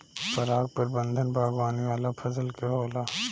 पराग प्रबंधन बागवानी वाला फसल के होला